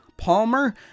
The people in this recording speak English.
Palmer